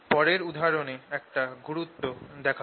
পরের উদাহরণে এ এটার গুরুত্ব টা দেখাব